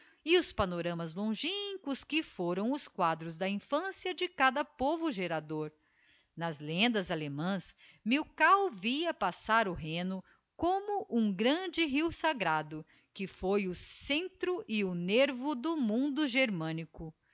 e os panoramas longínquos que foram os quadros da infância de cada povo gerador nas lendas allemãs milkau via passar o rheno como um grande rio sagrado que foi o centro e o nervo do mundo germânico